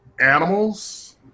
animals